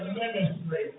ministry